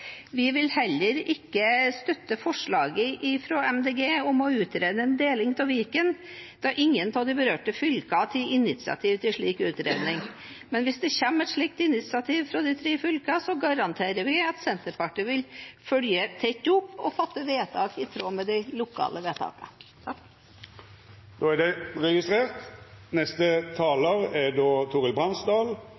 Vi vil heller ikke støtte forslaget fra Miljøpartiet De Grønne om å utrede en deling av Viken, da ingen av de berørte fylkene har tatt initiativ til en slik utredning. Men hvis det kommer et slikt initiativ fra de tre fylkene, garanterer vi at Senterpartiet vil følge det opp tett og fatte vedtak i tråd med de lokale